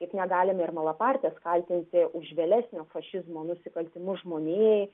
kaip negalime ir malapartės kaltinti už vėlesnio fašizmo nusikaltimus žmonijai